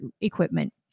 equipment